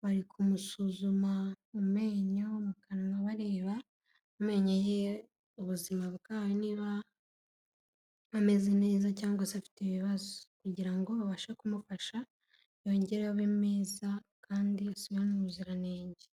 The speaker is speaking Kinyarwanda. bari kumusuzuma mu menyo mu kanwa bareba, amenyo ye ubuzima bwayo niba ameze neza cyangwa se afite ibibazo. Kugira ngo babashe kumufasha yongere abe meza, kandi asubirane ubuziranenge.